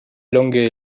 longe